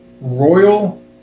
Royal